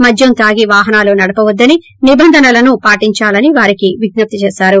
మద్యం తాగి వాహనాలు నడవొద్దని నిబంధనలను పాటించాలని వారికి విజ్ఞప్తి చేశారు